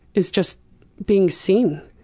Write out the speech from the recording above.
is just being seen.